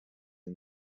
and